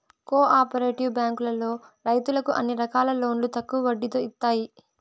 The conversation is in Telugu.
కో ఆపరేటివ్ బ్యాంకులో రైతులకు అన్ని రకాల లోన్లు తక్కువ వడ్డీతో ఇత్తాయి